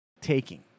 taking